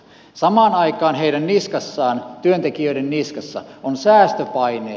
samaan aikaan heidän niskassaan työntekijöiden niskassa on säästöpaineet